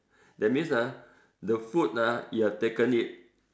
that means ah the food ah you have taken it